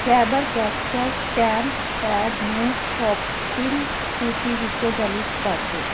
Faber Castell stamp pad ਨੂੰ shopping ਸੂਚੀ ਵਿੱਚੋਂ ਡਿਲੀਟ ਕਰ ਦਿਓ